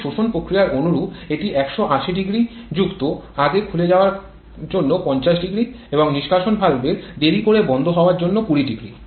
কিন্তু শোষণ প্রক্রিয়া অনুরূপ এটি ১৮০০ যুক্ত আগেই খুলে যাওয়ার জন্য ৫০০ এবং নিষ্কাশন ভালভের দেরি করে বন্ধ হওয়ার জন্য ২০০